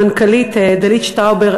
המנכ"לית, דלית שטאובר,